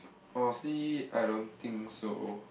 honestly I don't think so